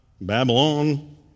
Babylon